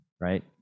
Right